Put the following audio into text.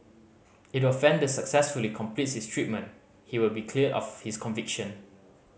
if the offender successfully completes his treatment he will be cleared of his conviction